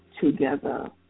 together